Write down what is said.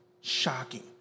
Shocking